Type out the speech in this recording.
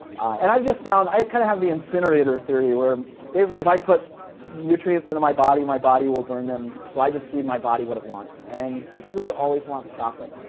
and i've just found i kind of have the incinerator theory, where basically, if i put nutrients into my body, my body will burn them. so i just feed my body what it wants. and typically, it always wants chocolate.